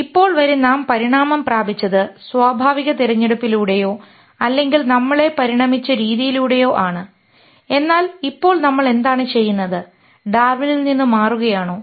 ഇപ്പോൾ വരെ നാം പരിണാമം പ്രാപിച്ചത് സ്വാഭാവിക തിരഞ്ഞെടുപ്പിലൂടെയോ അല്ലെങ്കിൽ നമ്മളെ പരിണമിച്ച രീതിയിലൂടെയോ ആണ് എന്നാൽ ഇപ്പോൾ നമ്മൾ എന്താണ് ചെയ്യുന്നത് ഡാർവിനിൽ നിന്ന് മാറുകയാണോ